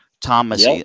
Thomas